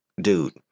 dude